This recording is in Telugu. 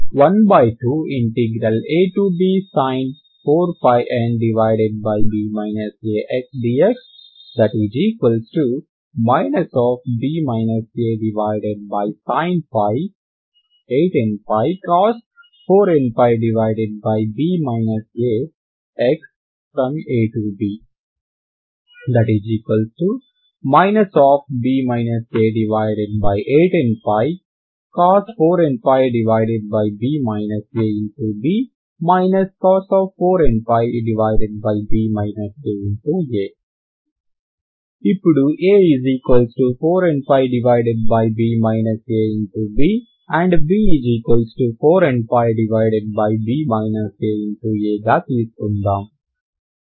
cos 2nπb ax dx12absin 4nπb a x dx b a8nπ cos 4nπb a x|ab b a8nπ cos 4nπb a b cos 4nπb a a ఇపుడు A4nπb ab B4nπb aa గా తీసుకుందాం